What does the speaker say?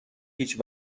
هیچ